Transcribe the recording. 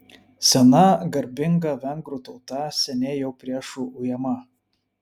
sena garbinga vengrų tauta seniai jau priešų ujama